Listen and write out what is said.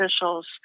officials